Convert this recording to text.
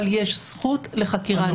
אבל יש זכות לחקירה נגדית.